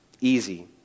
Easy